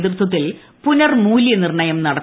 നേതൃത്വത്തിൽ പുനർമൂല്യനിർണയം നടത്തി